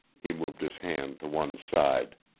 he moved his hand to one side.